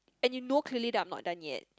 and you know clearly that I'm not done yet